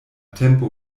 tempo